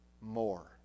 more